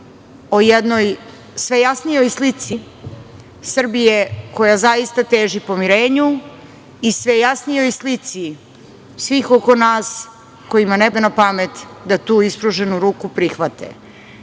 o jednoj sve jasnijoj slici Srbije koja zaista teži pomirenju i sve jasnijoj slici svih oko nas kojima ne pada na pamet da tu ispruženu ruku prihvate. Niko